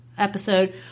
episode